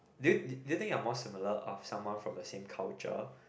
do you do you think you are more similar on someone from the same culture